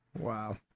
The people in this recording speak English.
Wow